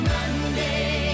Monday